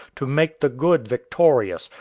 to make the good victorious,